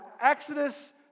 Exodus